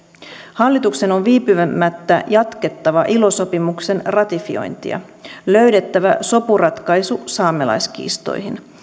hallituksen on viipymättä jatkettava ilo sopimuksen ratifiointia löydettävä sopuratkaisu saamelaiskiistoihin